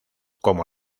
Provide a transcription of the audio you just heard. como